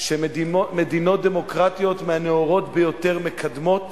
שמדינות דמוקרטיות מהנאורות ביותר מקדמות.